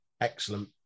Excellent